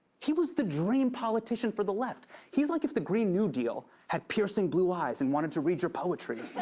he was the dream politician for the left. he's like if the green new deal had piercing blue eyes and wanted to read your poetry.